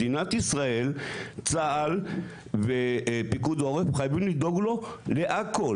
מדינת ישראל ,צה"ל ופיקוד העורף חייבים לדאוג לו להכל,